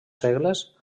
segles